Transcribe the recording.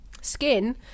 skin